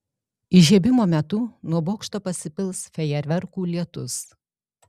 įžiebimo metu nuo bokšto pasipils fejerverkų lietus